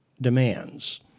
demands